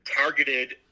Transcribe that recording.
targeted